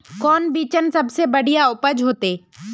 कौन बिचन सबसे बढ़िया उपज होते?